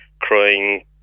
crying